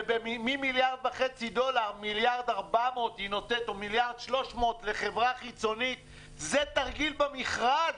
ואם מתוך 1.5 מיליארד דולר היא נותנת לחברה חיצונית זה תרגיל במכרז.